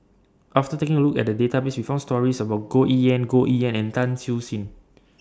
after taking A Look At The Database We found stories about Goh Yihan Goh Yihan and Tan Siew Sin